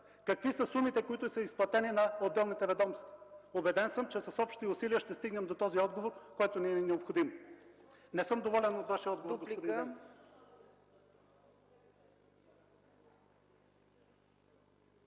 Какви са изплатените суми на отделните ведомства? Убеден съм, че с общи усилия ще стигнем до този отговор, който ни е необходим. Не съм доволен от Вашия отговор,